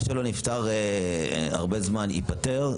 מה שלא נפתר הרבה זמן ייפתר.